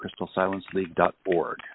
crystalsilenceleague.org